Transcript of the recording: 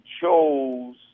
chose